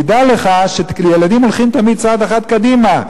תדע לך שהילדים הולכים תמיד צעד אחד קדימה.